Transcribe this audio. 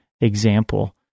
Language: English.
example